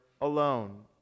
alone